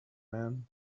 man